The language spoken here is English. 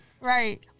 right